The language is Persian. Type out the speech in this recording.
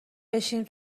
بشنیم